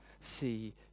see